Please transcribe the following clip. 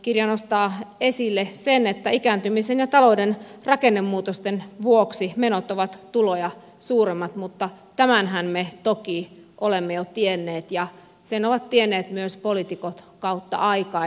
kirja nostaa esille sen että ikääntymisen ja talouden rakennemuutosten vuoksi menot ovat tuloja suuremmat mutta tämänhän me toki olemme jo tienneet ja sen ovat tienneet myös poliitikot kautta aikain